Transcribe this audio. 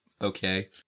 Okay